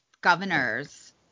governors